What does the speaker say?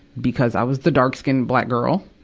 because i was the dark-skinned black girl.